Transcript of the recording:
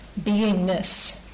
beingness